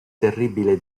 terribile